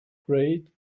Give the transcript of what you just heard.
great